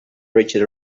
richard